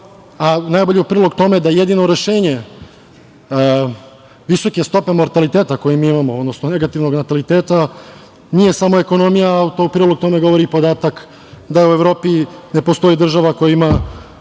iznenadio, u prilog tome da jedino rešenje visoke stope mortaliteta koju mi imamo, odnosno negativnog nataliteta nije samo ekonomija, a u prilog tome govori i podatak da u Evropi ne postoji država koja ima